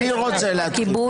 הסבב.